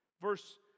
Verse